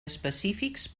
específics